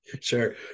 Sure